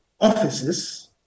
offices